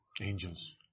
Angels